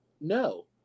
No